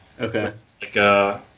Okay